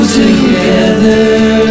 together